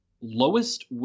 lowest